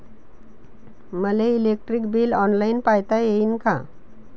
मले electric bill online पायता येईन का?